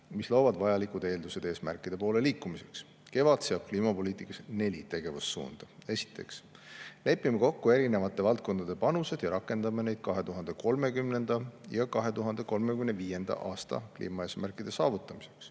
mis loovad vajalikud eeldused eesmärkide poole liikumiseks. KEVAD seab kliimapoliitikas neli tegevussuunda. Esiteks, lepime kokku erinevate valdkondade panused ja rakendame neid 2030. ja 2035. aasta kliimaeesmärkide saavutamiseks.